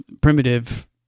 primitive